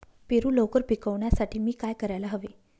पेरू लवकर पिकवण्यासाठी मी काय करायला हवे?